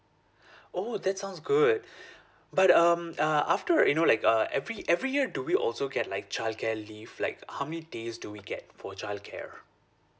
oh that sounds good but um uh after you know like uh every every year do we also get like childcare leave like how many days do we get for childcare